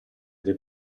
dei